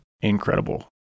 incredible